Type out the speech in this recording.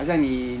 (uh huh)